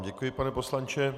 Děkuji vám, pane poslanče.